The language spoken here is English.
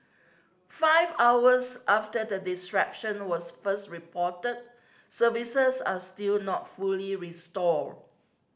five hours after the disruption was first reported services are still not fully restored